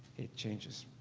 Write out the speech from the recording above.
it changes,